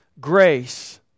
grace